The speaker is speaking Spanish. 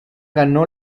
ganó